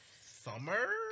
summer